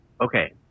Okay